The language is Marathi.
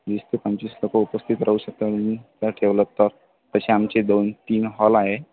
वीस ते पंचवीस लोक उपस्थित राहू शकता मग त्या ठेवलं तर तसे आमचे दोन तीन हॉल आहे